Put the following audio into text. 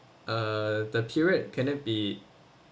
uh the period can it be